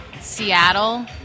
Seattle